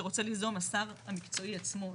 שרוצה ליזום השר המקצועי עצמו.